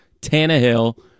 Tannehill